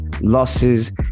losses